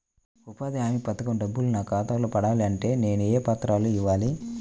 ఉపాధి హామీ పథకం డబ్బులు నా ఖాతాలో పడాలి అంటే నేను ఏ పత్రాలు ఇవ్వాలి?